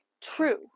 true